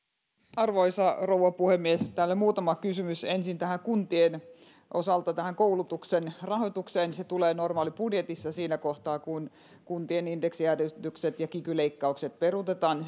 arvoisa rouva puhemies täällä oli muutama kysymys ensin kuntien osalta koulutuksen rahoitukseen se tulee normaalibudjetissa siinä kohtaa kun kuntien indeksijäädytykset ja kiky leikkaukset peruutetaan